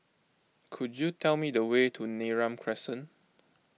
could you tell me the way to Neram Crescent